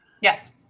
Yes